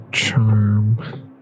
Charm